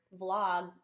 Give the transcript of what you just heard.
vlog